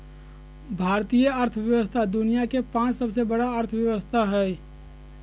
भारतीय अर्थव्यवस्था दुनिया के पाँचवा सबसे बड़ा अर्थव्यवस्था हय